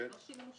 כן.